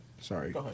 sorry